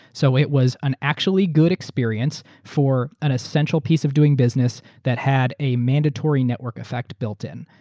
so it was an actually good experience for an essential piece of doing business, that had a mandatory network effect built-in.